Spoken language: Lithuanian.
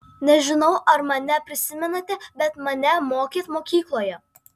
nežinau ar mane prisimenate bet mane mokėt mokykloje